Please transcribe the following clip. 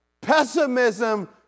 Pessimism